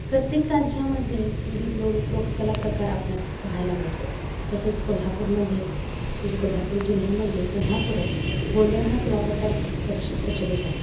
प्रत्येक राज्यामध्ये विविध लो लोककला प्रकार आपणास पाहायला मिळतो तसंच कोल्हापूरमध्ये म्हणजे कोल्हापूर जिल्ह्यामध्ये कोल्हापूरात गोंधळ हा कला प्रकार खूप प्रच प्रचलित आहे